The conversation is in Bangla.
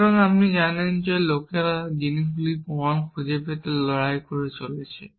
সুতরাং যেমন আপনি জানেন যে লোকেরা জিনিসগুলির প্রমাণ খুঁজে পেতে লড়াই করে চলেছে